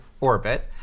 orbit